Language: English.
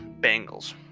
Bengals